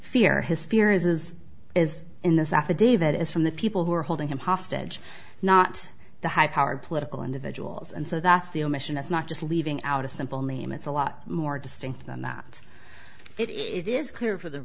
fear his fear is is is in this affidavit is from the people who are holding him hostage not the high powered political individuals and so that's the omission that's not just leaving out a simple name it's a lot more distinct than that it is clear for the